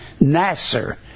Nasser